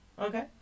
Okay